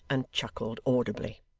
and chuckled audibly.